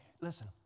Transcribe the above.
Listen